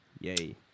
Yay